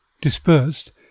Dispersed